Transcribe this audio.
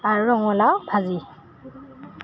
আৰু ৰঙলাও ভাজি